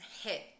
hit